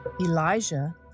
Elijah